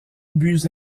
buts